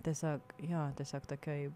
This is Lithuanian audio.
tiesiog jo tiesiog tokioj